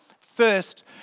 First